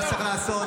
אתם לומדים תורה?